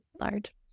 large